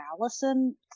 Allison